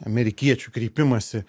amerikiečių kreipimąsi